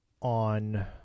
On